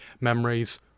memories